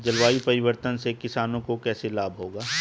जलवायु परिवर्तन से किसानों को कैसे लाभ होगा?